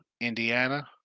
Indiana